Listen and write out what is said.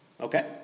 Okay